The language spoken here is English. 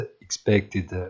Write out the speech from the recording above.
expected